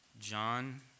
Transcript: John